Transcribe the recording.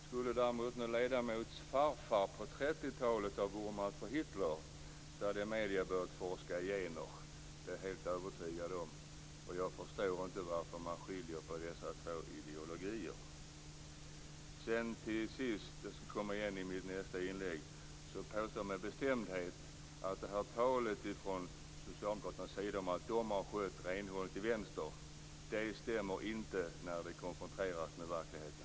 Skulle däremot någon ledamots farfar på 30-talet ha vurmat för Hitler, hade medierna börjat att forska i gener, det är jag helt övertygad om. Jag förstår inte varför man skiljer på dessa två ideologier. Till sist, och jag skall återkomma till detta i mitt nästa inlägg, påstår jag med bestämdhet att talet från socialdemokraternas sida, att de har skött renhållningen till vänster, inte stämmer när det konfronteras med verkligheten.